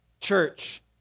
church